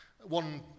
One